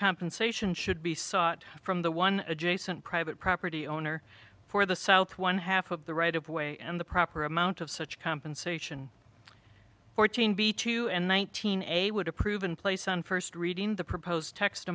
compensation should be sought from the one adjacent private property owner for the south one half of the right of way and the proper amount of such compensation or two and one thousand a would a proven place on first reading the proposed text